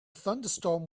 thunderstorm